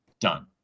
done